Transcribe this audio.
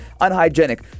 unhygienic